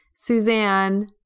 Suzanne